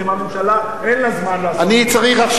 אם הממשלה אין לה זמן לעשות